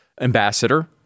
ambassador